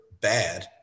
bad